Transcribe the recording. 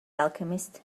alchemist